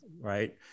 right